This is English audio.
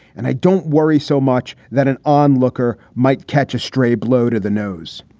and i don't worry so much that an onlooker might catch a stray blow to the nose.